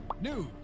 news